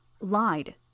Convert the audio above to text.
Lied